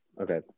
Okay